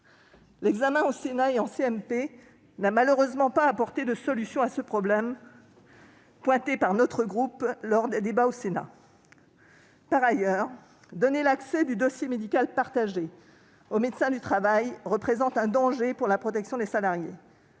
mixte paritaire n'a malheureusement pas apporté de solution à ce problème, pointé par notre groupe lors des débats au Sénat. Par ailleurs, donner accès au dossier médical partagé au médecin du travail représente un danger pour la protection des salariés.